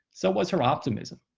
so was her optimism.